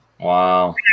Wow